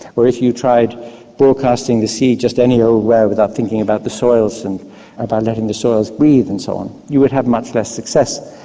if you tried broadcasting the seed just any old where without thinking about the soils and about letting the soils breathe and so on you would have much less success.